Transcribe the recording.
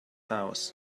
house